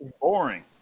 Boring